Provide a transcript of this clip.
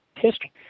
history